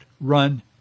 Run